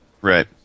Right